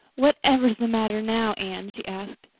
whatever's the matter now, anne? she asked.